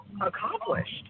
accomplished